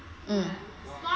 um